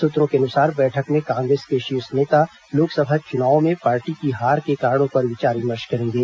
सूत्रों के अनुसार बैठक में कांग्रेस के शीर्ष नेता लोकसभा चुनावों में पार्टी की हार के कारणों पर विचार विमर्श करेंगे